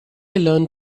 learn